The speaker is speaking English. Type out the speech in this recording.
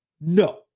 No